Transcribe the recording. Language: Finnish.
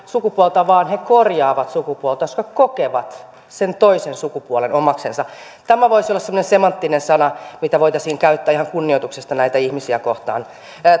sukupuolta vaan he korjaavat sukupuoltaan koska kokevat sen toisen sukupuolen omaksensa tämä voisi olla semmoinen semanttinen sana mitä voitaisiin käyttää ihan kunnioituksesta näitä ihmisiä kohtaan